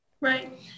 Right